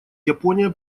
япония